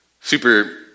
Super